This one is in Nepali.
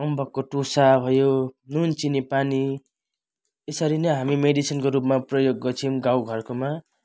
अम्बकको टुसा भयो नुन चिनी पानी यसरी नै हामी मेडिसिनको रूपमा प्रयोग गर्छौँ गाउँघरकोमा